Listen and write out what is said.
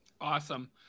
Awesome